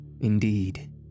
Indeed